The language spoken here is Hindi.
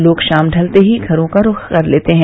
लोग शाम ढलते ही घरों का रूख कर लेते हैं